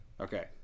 Okay